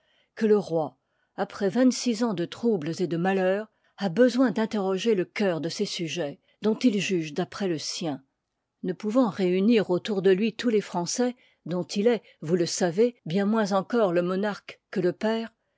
que le roi après vingt-six ans de troubles et de malheurs a besoin d'interroger le cœur de ses sujets dont il juge d'après le sien ne pouvant réunir autour de lui tous les français dont il est vous le savez bien moins encore le monarque que le père